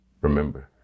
remember